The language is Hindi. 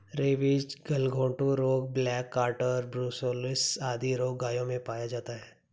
रेबीज, गलघोंटू रोग, ब्लैक कार्टर, ब्रुसिलओलिस आदि रोग गायों में पाया जाता है